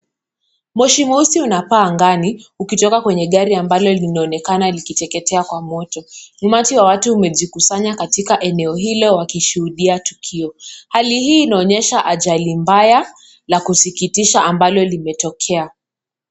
Moshi mweusi unapaa angani ukitoka kwenye gari ambalo linaonekana likitejetea kwa moto. Umati wa watu umejikusanya katika eneo hii leo wakishuhudia tukio. Hali hii inaonyesha ajali mbaya ya kusikitisha ambayo imetokea.